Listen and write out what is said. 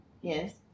Yes